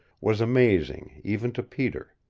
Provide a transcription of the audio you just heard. was amazing even to peter.